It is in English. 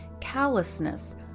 callousness